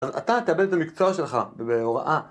אז אתה תאבד את המקצוע שלך בהוראה.